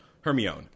Hermione